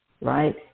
right